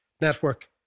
network